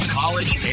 college